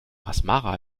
asmara